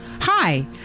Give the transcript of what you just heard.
Hi